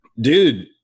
dude